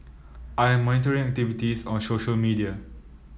I am monitoring activities on social media